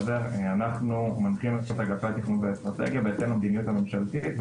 אנחנו מנחים את אגפי התכנון והאסטרטגיה בהתאם למדיניות הממשלתית,